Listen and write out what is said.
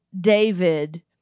David